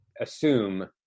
assume